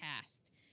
Cast